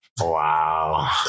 Wow